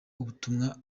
ubutumwa